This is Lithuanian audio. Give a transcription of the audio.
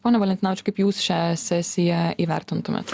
pone valentinavičiau kaip jūs šią sesiją įvertintumėt